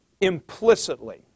implicitly